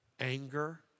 Anger